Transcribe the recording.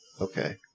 Okay